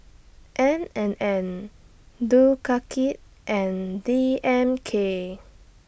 N and N and D M K